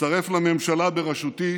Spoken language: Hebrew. יצטרף לממשלה בראשותי